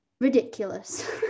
ridiculous